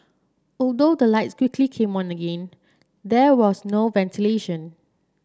although the lights quickly came on again there was no ventilation